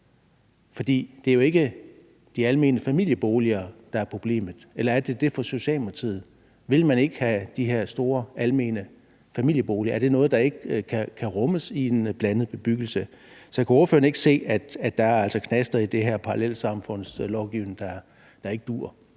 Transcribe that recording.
For det er jo ikke de almene familieboliger, der er problemet. Eller er det det for Socialdemokratiet? Vil man ikke have de her store almene familieboliger? Er det noget, der ikke kan rummes i en blandet bebyggelse? Kan ordføreren ikke se, at der altså er knaster i den her parallelsamfundslovgivning, og at den ikke dur?